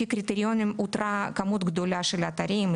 לפי הקריטריונים אותרה כמות גדולה של אתרים,